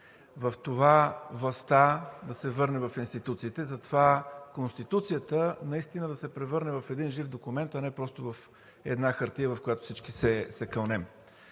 в това властта да се върне в институциите, за това Конституцията наистина да се превърне в един жив документ, а не просто в една хартия, в която всички се кълнем.